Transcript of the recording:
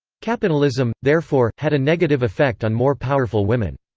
capitalism, therefore, had a negative effect on more powerful women.